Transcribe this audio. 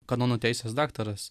kanonų teisės daktaras